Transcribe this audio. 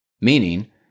Meaning